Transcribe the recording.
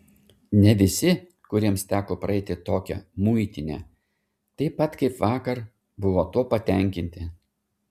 ne visi kuriems teko praeiti tokią muitinę taip pat kaip vakar buvo tuo patenkinti